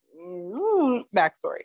backstory